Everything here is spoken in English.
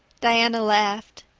diana laughed.